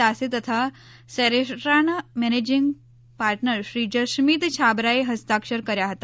દાસે તથા સેરેસ્ટ્રાના મેનેજિંગ પાર્ટનર શ્રી જશમીત છાબરાએ હસ્તાક્ષર કર્યા હતા